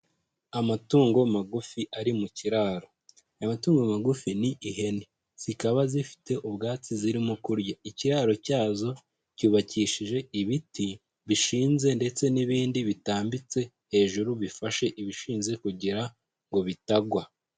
Amatungo magufi ari mu kiraro. Amatungo magufi ni ihene. Zikaba zifite ubwatsi zirimo kurya. Ikiraro cyazo cyubakishije ibiti bishinze ndetse n'ibindi bitambitse hejuru bifashe ibishinze kugira ngo bitagwa.